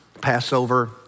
Passover